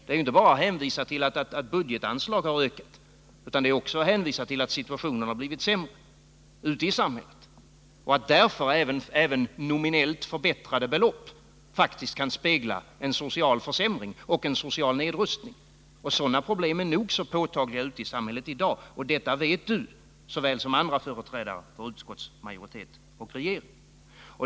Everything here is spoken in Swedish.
Det är inte bara att hänvisa till att budgetanslag har ökat. Situationen har blivit sämre ute i samhället. Därför kan även nominellt förbättrade belopp faktiskt spegla en social försämring och en social nedrustning. Sådana problem är nog så påtagliga ute i samhället i dag. Detta vet Gabriel Romanus och andra företrädare för utskottsmajoritet och regering.